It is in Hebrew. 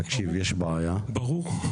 ברור.